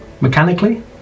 Mechanically